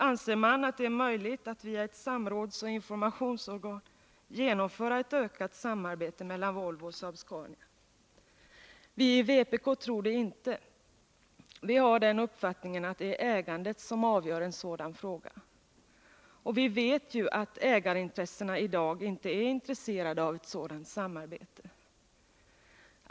Anser man att det är möjligt att via ett samrådsoch informationsorgan genomföra ett ökat samarbete mellan Volvo och Saab Scania? Vii vpk tror det inte. Vi har den uppfattningen att det är ägandet som avgör en sådan fråga. Och vi vet ju att ägarintressena i dag inte är intresserade av ett sådant samarbete.